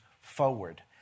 forward